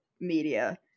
media